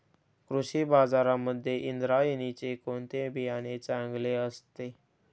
कृषी बाजारांमध्ये इंद्रायणीचे कोणते बियाणे चांगले असते?